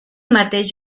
mateix